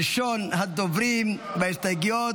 ראשון הדוברים בהסתייגויות,